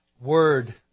Word